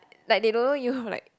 like they don't know you like